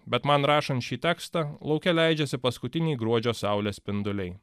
bet man rašant šį tekstą lauke leidžiasi paskutiniai gruodžio saulės spinduliai